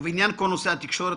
ובעניין כל נושא התקשורת,